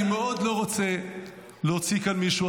אני מאוד לא רוצה להוציא כאן מישהו.